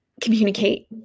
communicate